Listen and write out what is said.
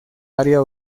área